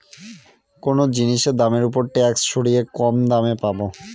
কোনো জিনিসের দামের ওপর ট্যাক্স সরিয়ে কম দামে পাবো